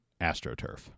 AstroTurf